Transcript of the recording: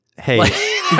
Hey